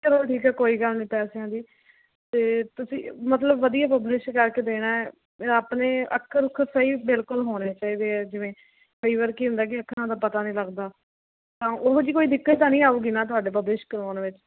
ਚਲੋ ਠੀਕ ਐ ਕੋਈ ਗੱਲ ਨੀ ਪੈਸਿਆਂ ਦੀ ਤੇ ਤੁਸੀਂ ਮਤਲਬ ਵਧੀਆ ਪਬਲਿਸ਼ ਕਰ ਕੇ ਦੇਣਾ ਐ ਆਪਣੇ ਅੱਖਰ ਅਖੁਰ ਸਹੀ ਬਿਲਕੁਲ ਹੋਣੇ ਚਾਈਦੇ ਐ ਜਿਵੇਂ ਕਈ ਵਾਰ ਕੀ ਹੁੰਦਾ ਕੇ ਅੱਖਰਾਂ ਦਾ ਪਤਾ ਨੀ ਲੱਗਦਾ ਤਾਂ ਉਹੋ ਜਿਹੀ ਕੋਈ ਦਿੱਕਤ ਤਾਂ ਨੀ ਆਊਗੀ ਨਾ ਤੁਹਾਡੇ ਪਬਲਿਸ਼ ਕਰਵੋਣ ਵਿੱਚ